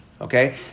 Okay